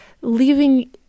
Leaving